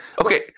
Okay